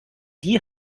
die